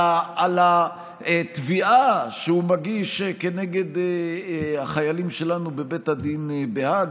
על התביעה שהוא מגיש כנגד החיילים שלנו בבית הדין בהאג?